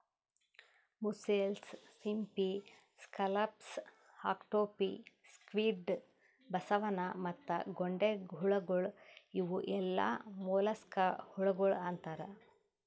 mussels, ಸಿಂಪಿ, scallops, octopi, squid, ಬಸವನ ಮತ್ತ ಗೊಂಡೆಹುಳಗೊಳ್ ಇವು ಎಲ್ಲಾ ಮೊಲಸ್ಕಾ ಹುಳಗೊಳ್ ಅಂತಾರ್